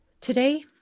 Today